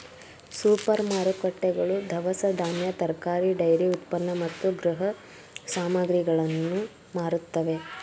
super ಮಾರುಕಟ್ಟೆಗಳು ದವಸ ಧಾನ್ಯ, ತರಕಾರಿ, ಡೈರಿ ಉತ್ಪನ್ನ ಮತ್ತು ಗೃಹ ಸಾಮಗ್ರಿಗಳನ್ನು ಮಾರುತ್ತವೆ